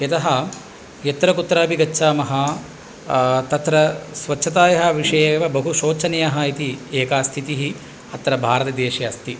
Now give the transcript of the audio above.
यतः यत्र कुत्रापि गच्छामः तत्र स्वच्छतायाः विषये एव बहु शोचनीयः इति एका स्थितिः अत्र भारतदेशे अस्ति